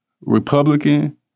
Republican